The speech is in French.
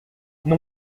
non